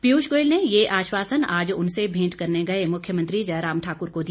पियूष गोयल ने ये आश्वासन आज उनसे भेंट करने गए मुख्यमंत्री जयराम ठाकुर को दिया